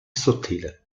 sottile